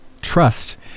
Trust